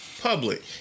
public